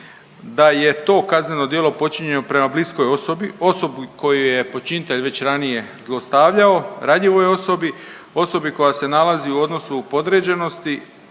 da je to kazneno djelo počinjeno prema bliskoj osobi, osobi koju je počinitelj već ranije zlostavljao, ranjivoj osobi, osobi koja se nalazi u odnosu podređenosti